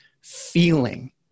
feeling